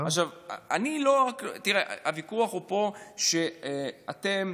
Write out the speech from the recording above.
הוויכוח פה הוא שאתם,